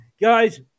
Guys